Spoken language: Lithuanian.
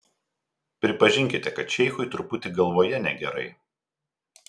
pripažinkite kad šeichui truputį galvoje negerai